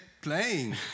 playing